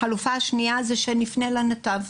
החלופה השנייה היא שנפנה לנתב.